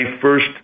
first